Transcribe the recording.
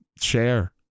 share